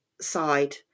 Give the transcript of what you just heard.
side